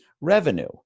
revenue